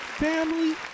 Family